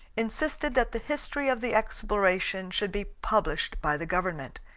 insisted that the history of the exploration should be published by the government,